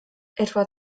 etwa